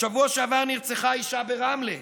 בשבוע שעבר נרצחה אישה ברמלה,